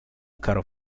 caro